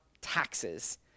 taxes